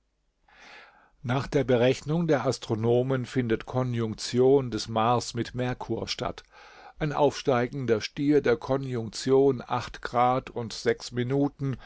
nach der berechnung der astronomen findet konjunktion des mars mit merkur statt ein aufsteigender stier der konjunktion acht grad und sechs minuten